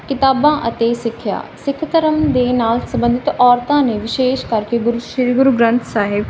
ਕਿਤਾਬਾਂ ਅਤੇ ਸਿੱਖਿਆ ਸਿੱਖ ਧਰਮ ਦੇ ਨਾਲ ਸੰਬੰਧਿਤ ਔਰਤਾਂ ਨੇ ਵਿਸ਼ੇਸ਼ ਕਰਕੇ ਗੁਰੂ ਸ੍ਰੀ